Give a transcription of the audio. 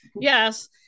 yes